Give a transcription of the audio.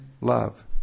love